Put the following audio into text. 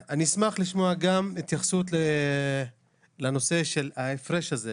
אני אשמח לשמוע גם התייחסות לנושא של ההפרש הזה,